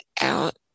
out